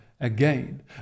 Again